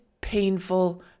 painful